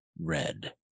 red